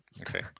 okay